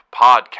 Podcast